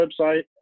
website